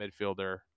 midfielder